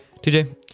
TJ